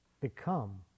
become